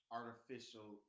artificial